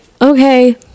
okay